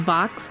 Vox